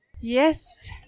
yes